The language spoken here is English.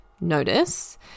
notice